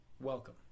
welcome